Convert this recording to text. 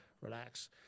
relax